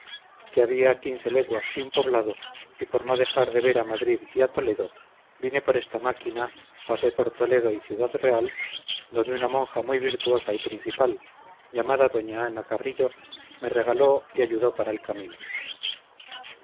que había quince leguas sin poblado y por no dejar de ver a madrid y a toledo vine por esta máquina pasé por toledo y ciudad real donde una monja muy virtuosa y principal llamada doña ana carrillo me regaló y ayudó para el camino